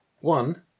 one